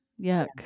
yuck